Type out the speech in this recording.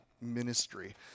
ministry